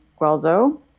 Guelzo